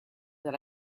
that